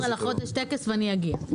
ב-17 בחודש יש טקס, ואני אגיע.